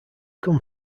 come